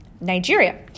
Nigeria